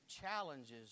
challenges